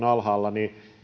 alhaalla